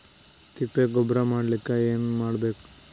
ತಿಪ್ಪೆ ಗೊಬ್ಬರ ಮಾಡಲಿಕ ಏನ್ ಮಾಡಬೇಕು?